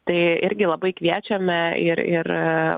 tai irgi labai kviečiame ir ir